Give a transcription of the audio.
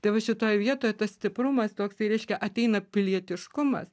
tai va šitoj vietoj tas stiprumas toksai reiškia ateina pilietiškumas